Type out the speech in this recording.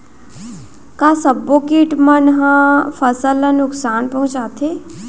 का सब्बो किट मन ह फसल ला नुकसान पहुंचाथे?